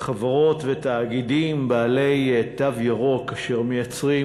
חברות ותאגידים בעלי תו ירוק אשר מייצרים